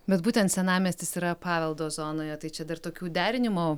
bet būtent senamiestis yra paveldo zonoje tai čia dar tokių derinimo